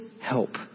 help